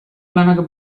lanak